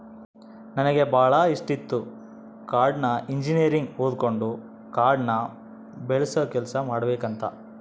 ನನಗೆ ಬಾಳ ಇಷ್ಟಿತ್ತು ಕಾಡ್ನ ಇಂಜಿನಿಯರಿಂಗ್ ಓದಕಂಡು ಕಾಡ್ನ ಬೆಳಸ ಕೆಲ್ಸ ಮಾಡಬಕಂತ